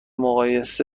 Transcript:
مقیاس